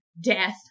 death